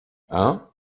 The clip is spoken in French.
hein